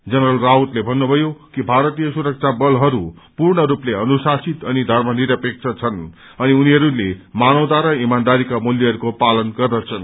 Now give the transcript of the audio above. general रावतले भन्नुभयो कि भारतीय सुरक्षा बलहरू पूर्णरूपले अनुशासित अनि धर्मनिरपेक्ष छ अनि उनीहरूले मानवता र इमान्दीका मूल्यहरूको पालन गर्दछन्